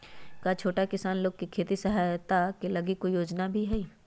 का छोटा किसान लोग के खेती सहायता के लगी कोई योजना भी हई?